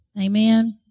Amen